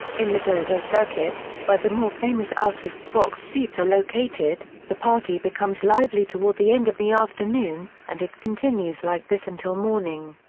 in the dodo circuit, where the more famous artists' box seats are located, the party becomes lively toward the end of the afternoon, and it continues like this until morning.